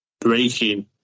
breaking